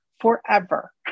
forever